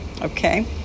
okay